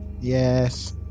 Yes